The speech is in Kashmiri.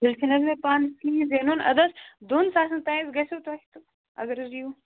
تیٚلہِ چھُنہٕ حظ مےٚ پانَس کِہیٖنٛۍ زینُن اَدٕ حظ دۄن ساسَن تانۍ حظ گژھِو تۄہہِ تہٕ اگر حظ یِیِو